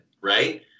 right